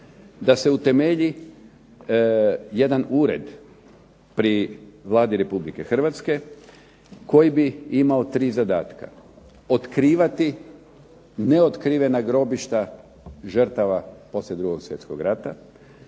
da se utemelji jedan ured pri Vladi Republike Hrvatske, koji bi imao tri zadatka otkrivati neotkrivena grobišta žrtava poslije 2. svjetskog rata,